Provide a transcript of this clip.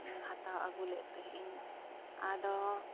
ᱦᱟᱛᱟᱣ ᱟᱹᱜᱩ ᱞᱮᱫ ᱛᱟᱦᱮᱸᱜ ᱤᱧ ᱟᱫᱚ